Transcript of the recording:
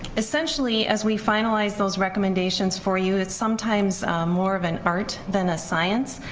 essentially as we finalize those recommendations for you, it's sometimes more of an art than a science,